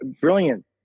brilliant